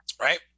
right